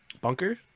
bunker